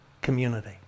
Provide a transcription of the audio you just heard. community